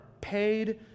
paid